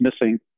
missing